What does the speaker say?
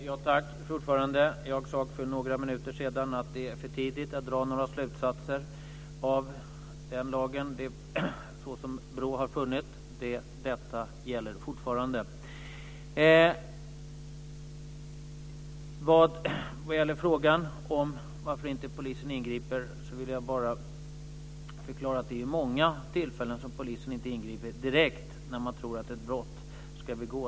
Fru talman! Jag sade för några minuter sedan att det är för tidigt att dra några slutsatser av lagen såsom BRÅ har gjort. Detta gäller fortfarande. När det gäller frågan om varför polisen inte ingriper vill jag bara förklara att det är vid många tillfällen som polisen inte ingriper direkt när man tror att ett brott ska begås.